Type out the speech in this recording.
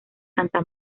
santa